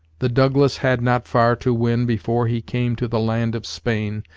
the douglas had not far to win before he came to the land of spain,